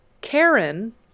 karen